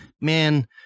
Man